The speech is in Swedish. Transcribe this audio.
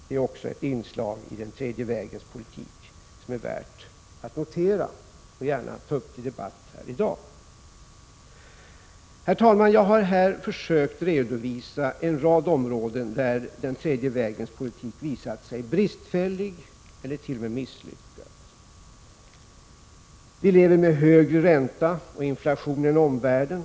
Det är också ett inslag i den tredje vägens politik som är värt att notera och gärna ta upp till debatt här i dag. Herr talman! Jag har här försökt redovisa en rad områden där den tredje vägens politik visat sig bristfällig eller t.o.m. misslyckad. Vilever med högre ränta och inflation än omvärlden.